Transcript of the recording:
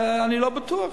אני לא בטוח,